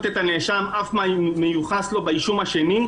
את הנאשם אף מן המיוחס לו באישום השני.